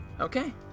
Okay